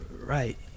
Right